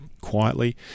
quietly